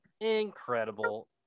incredible